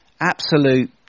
absolute